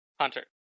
Hunter